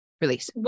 Release